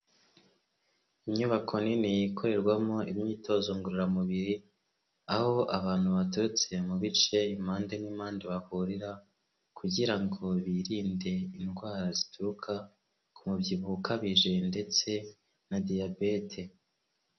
Inyubako nini ikorerwamo imyitozo ngororamubiri, aho abantu baturutse mu bice impande n'impande bahurira, kugira ngo birinde indwara zituruka ku mubyibuho ukabije ndetse na diyabete.